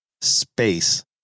space